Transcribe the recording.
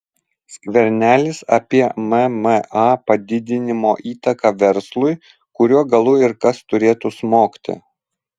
skvernelis apie mma padidinimo įtaką verslui kuriuo galu ir kas turėtų smogti